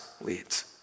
leads